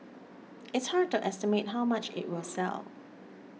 it's hard to estimate how much it will sell